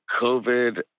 COVID